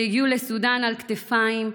שהגיעו לסודאן על כתפיים,